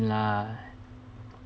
lah